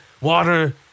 water